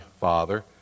father